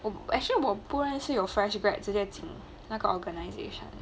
我 actually 我不认识有 fresh grads 直接进那个 organization